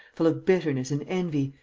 full of bitterness and envy,